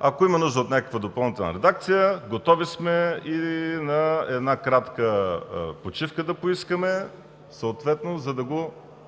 Ако има нужда от някаква допълнителна редакция, готови сме и на една кратка почивка да поискаме съответно, за да